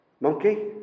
Monkey